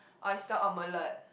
oyster omelette